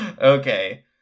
okay